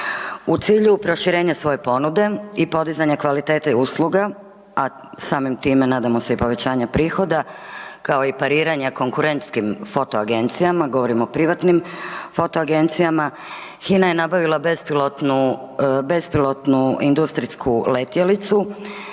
U cilju proširenja svoje ponude i podizanja kvalitete usluga, a samim time, nadamo se i povećanje prihoda, kao i pariranja konkurentskim foto agencijama, govorim o privatnim foto agencijama, HINA je nabavila bespilotnu industrijsku letjelicu,